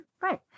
Right